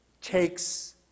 takes